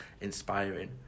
inspiring